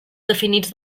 definits